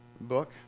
book